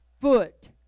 foot